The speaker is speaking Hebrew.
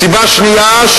סיבה שנייה,